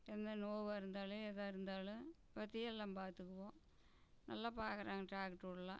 என்ன நோயா இருந்தாலும் எதாக இருந்தாலும் பற்றி எல்லாம் பார்த்துக்குவோம் நல்லா பார்க்குறாங்க டாக்டருல்லாம்